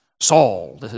Saul